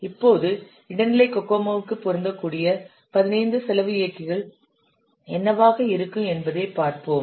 இப்போது இடைநிலை கோகோமோவுக்கு பொருந்தக்கூடிய 15 செலவு இயக்கிகள் என்னவாக இருக்கும் என்பதைப் பார்ப்போம்